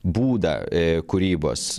būdą kūrybos